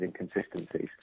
inconsistencies